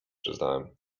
przyznałem